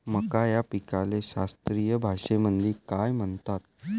मका या पिकाले शास्त्रीय भाषेमंदी काय म्हणतात?